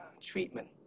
treatment